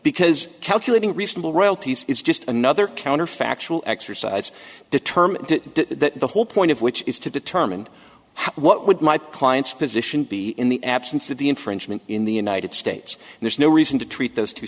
because calculating reasonable royalties is just another counterfactual exercise determined that the whole point of which is to determine how what would my client's position be in the absence of the infringement in the united states there's no reason to treat those two